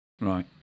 Right